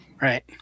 Right